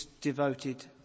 devoted